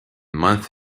month